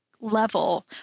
level